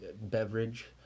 beverage